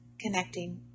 connecting